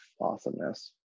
awesomeness